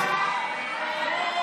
קריאות: